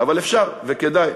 אבל אפשר וכדאי.